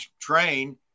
train